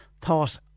thought